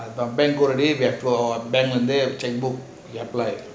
bank go already then bank cheque book we apply